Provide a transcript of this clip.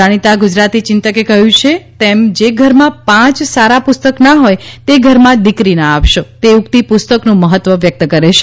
જાણીતા ગુજરાતી ચિંતકે કહ્યું છે તેમ જે ઘરમાં પાંચ સારાં પુસ્તક ના હોય તે ઘરમાં દીકરી ના આપશો તે ઉક્તિ પુસ્તકનું મહત્વ વ્યક્ત કરે છે